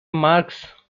marx